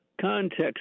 context